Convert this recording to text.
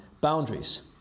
boundaries